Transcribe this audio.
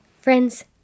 Friends